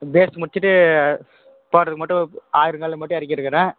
base முடிச்சிவிட்டு போட்றதுக்கு மட்டும் ஆயிரம் கல்லு மட்டும் இறக்கிருக்குறேன்